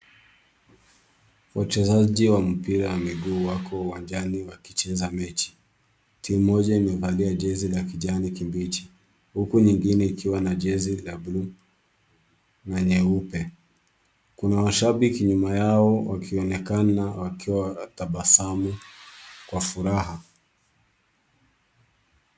Wachezaji wa mpira wa miguu wako uwanjani wakicheza mechi. Timu moja imevalia jezi la kijani kibichi huku nyingine ikiwa na jezi la bluu na nyeupe. Kuna mashabiki nyuma yao wakionekana wakiwa wanatabasamu kwa furaha.